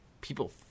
people